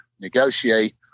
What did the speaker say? negotiate